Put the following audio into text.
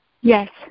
Yes